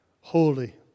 Holy